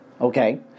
okay